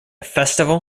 festival